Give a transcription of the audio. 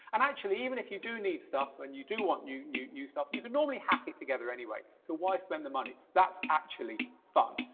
and actually, even if you do need stuff when you do want new new stuff, you can normally hack it together anyway, so why spend the money that's actually fun.